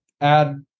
add